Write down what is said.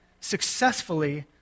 successfully